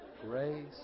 Grace